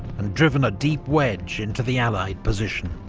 and driven a deep wedge into the allied position.